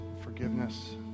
forgiveness